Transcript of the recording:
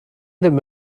ddim